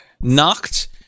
knocked